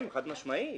כן, חד משמעי, בחצור.